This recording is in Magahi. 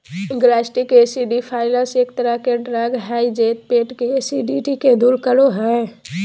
गैस्ट्रिक एसिडिफ़ायर्स एक तरह के ड्रग हय जे पेट के एसिडिटी के दूर करो हय